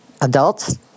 Adults